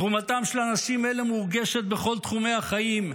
תרומתם של אנשים אלה מורגשת בכל תחומי החיים: